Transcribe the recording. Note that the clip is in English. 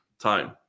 time